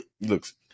looks